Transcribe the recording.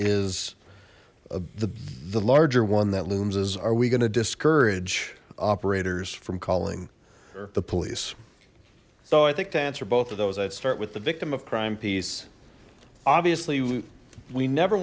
is the the larger one that looms is are we going to discourage operators from calling the police so i think to answer both of those i'd start with the victim of crime piece obviously we we never